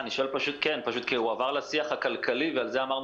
אמרנו שזה לא השיח בוועדה.